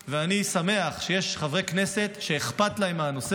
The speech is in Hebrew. ואני שמח שיש חברי כנסת שאכפת להם מהנושא